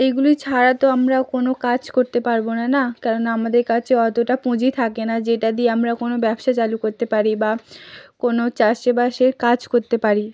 এগুলি ছাড়া তো আমরা কোনও কাজ করতে পারবো না না কেননা আমাদের কাছে অতটা পুঁজি থাকে না যেটা দিয়ে আমরা কোনও ব্যবসা চালু করতে পারি বা কোনও চাষবাসের কাজ করতে পারি